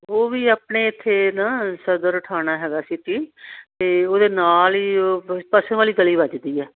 ਉਹ ਵੀ ਆਪਣੇ ਇੱਥੇ ਨਾ ਸਦਰ ਠਾਣਾ ਹੈਗਾ ਸੀ ਜੀ ਅਤੇ ਉਹਦੇ ਨਾਲ ਹੀ ਉਹ ਪਸ਼ਮਨ ਵਾਲੀ ਗਲੀ ਵੱਜਦੀ ਆ